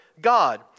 God